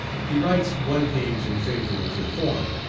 he writes one page in favour of reform,